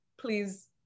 please